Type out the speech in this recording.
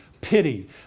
pity